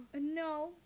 No